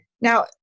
now